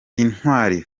intwali